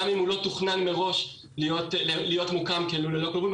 גם אם הוא לא תוכנן מראש להיות מוקם כלול ללא כלובים.